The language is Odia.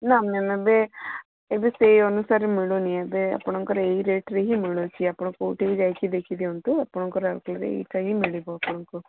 ନା ମ୍ୟାମ୍ ଏବେ ଏବେ ସେଇ ଅନୁସାରେ ମିଳୁନି ଏବେ ଆପଣଙ୍କର ଏଇ ରେଟ୍ରେ ହିଁ ମିଳୁଛି ଆପଣଙ୍କୁ କୋଉଠି କି ଯାଇ ଦେଖି ଦିଅନ୍ତୁ ଆପଣଙ୍କର ରାଉରକେଲାରେ ଏଇଟା ହିଁ ମିଳିବ ଆପଣଙ୍କୁ